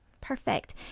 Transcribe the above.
Perfect